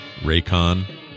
Raycon